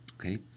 okay